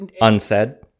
Unsaid